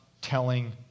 telling